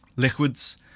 Liquids